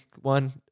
one